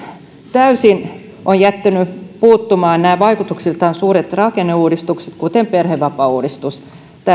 täysin ovat jääneet puuttumaan vaikutuksiltaan suuret rakenneuudistukset kuten perhevapaauudistus